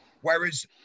whereas